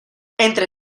entre